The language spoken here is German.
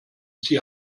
sie